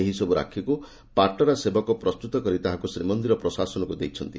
ଏହିସବୁ ରାକ୍ଷୀକୁ ପାଟରା ସେବକ ପ୍ରସ୍ତୁତ କରି ତାହାକୁ ଶ୍ରୀମନ୍ଦିର ପ୍ରଶାସନକୁ ଦେଇଛନ୍ତି